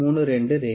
1 mm 0